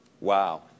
Wow